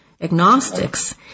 agnostics